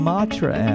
Matra